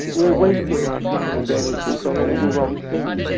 we're wasting our time and energies on all the wrong things.